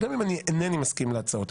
וגם אם אני אינני מסכים להצעות,